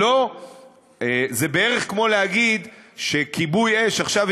זה בערך כמו להגיד שכיבוי-אש עכשיו,